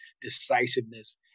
decisiveness